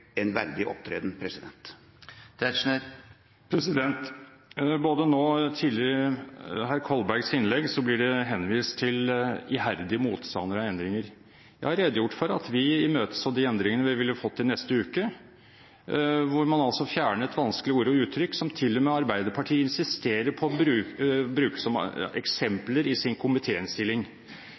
en verdig opptreden. Både nå og tidligere i hr. Kolbergs innlegg blir det henvist til «iherdig motstander» av endringer. Jeg har redegjort for at vi imøteså de endringene vi ville fått i neste uke, hvor man altså fjernet vanskelige ord og uttrykk som til og med Arbeiderpartiet insisterer på å bruke som eksempler i sin